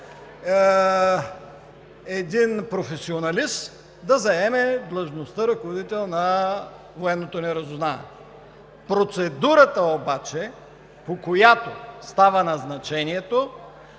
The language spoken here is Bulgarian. – професионалист да заеме длъжността „ръководител“ на Военното ни разузнаване. Процедурата обаче, по която става назначението,